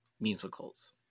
musicals